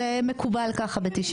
זה מקובל ככה ב-98.